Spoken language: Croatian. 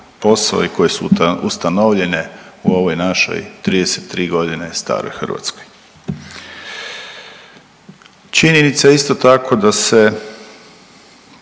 posao i koje su ustanovljene u ovoj našoj 33 godine staroj Hrvatskoj. Činjenica je isto tako da se